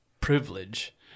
privilege